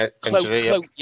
close